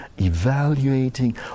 evaluating